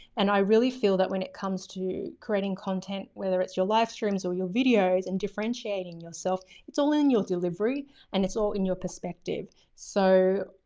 and i really feel that when it comes to creating content, whether it's your live streams or your videos and differentiating yourself, it's all in your delivery and it's all in your perspective. so,